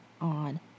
on